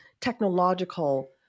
technological